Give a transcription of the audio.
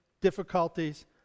difficulties